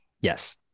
Yes